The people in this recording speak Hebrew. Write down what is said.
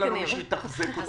אין לנו מי שיתחזק אותו.